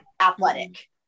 athletic